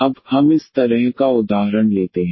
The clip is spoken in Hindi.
अब हम इस तरह का उदाहरण लेते हैं